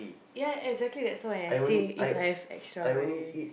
ya exactly that so when I say if I have extra money